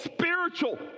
spiritual